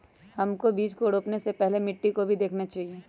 हमको बीज को रोपने से पहले मिट्टी को भी देखना चाहिए?